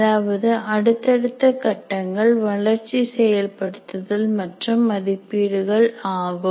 அதாவது அடுத்தடுத்த கட்டங்கள் வளர்ச்சி செயல்படுத்துதல் மற்றும் மதிப்பீடுகள் ஆகும்